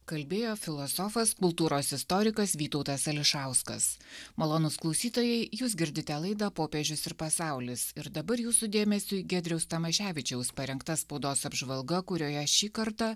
kalbėjo filosofas kultūros istorikas vytautas ališauskas malonūs klausytojai jūs girdite laidą popiežius ir pasaulis ir dabar jūsų dėmesiui giedriaus tamaševičiaus parengta spaudos apžvalga kurioje šį kartą